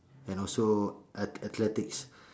and also athletics